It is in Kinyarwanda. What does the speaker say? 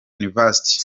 university